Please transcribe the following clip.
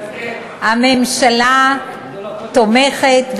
הממשלה תומכת,